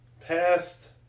past